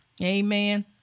Amen